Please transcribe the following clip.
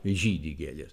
žydi gėlės